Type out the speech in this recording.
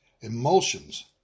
emulsions